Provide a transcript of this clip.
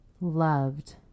loved